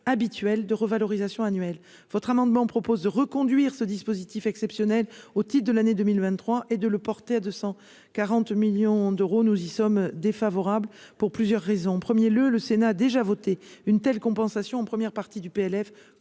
habituel de revalorisation annuelle votre amendement propose de reconduire ce dispositif exceptionnel au titre de l'année 2023 et de le porter à 240 millions d'euros, nous y sommes défavorables pour plusieurs raisons : premier le, le Sénat a déjà voté une telle compensation en première partie du PLF,